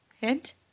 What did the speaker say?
Hint